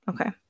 Okay